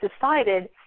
decided